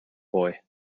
boy